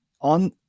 on